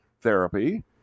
therapy